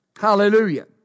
Hallelujah